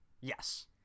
Yes